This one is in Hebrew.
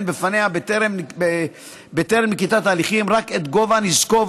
בפנייה בטרם נקיטת הליכים רק את גובה נזקו,